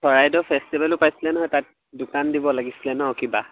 চৰাইদেউ ফেষ্টিভেলো পাইছিলে নহয় তাত দোকান দিব লাগিছিলে ন কিবা